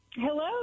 Hello